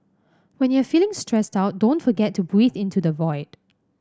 when you are feeling stressed out don't forget to breathe into the void